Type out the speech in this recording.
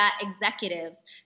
executives